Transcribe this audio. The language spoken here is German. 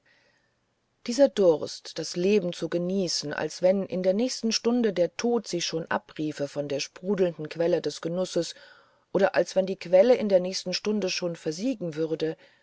dieser durst das leben zu genießen als wenn in der nächsten stunde der tod sie schon abriefe von der sprudelnden quelle des genusses oder als wenn diese quelle in der nächsten stunde schon versiegt sein würde